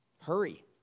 hurry